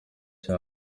cyane